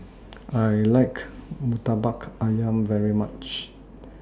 I like Murtabak Ayam very much